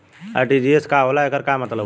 RTGS का होला एकर का मतलब होला?